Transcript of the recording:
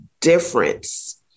difference